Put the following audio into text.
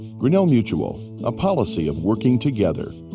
grinnell mutual a policy of working together.